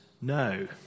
no